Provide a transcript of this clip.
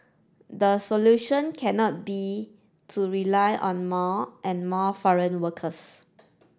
the solution cannot be to rely on more and more foreign workers